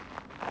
ya